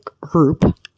group